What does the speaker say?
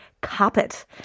carpet